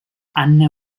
anna